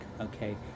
Okay